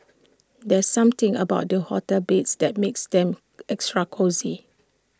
there's something about the hotel beds that makes them extra cosy